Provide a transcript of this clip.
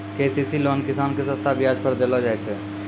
KCC loan किसान के सस्ता ब्याज दर पर देलो जाय छै